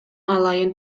алайын